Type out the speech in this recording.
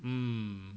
mm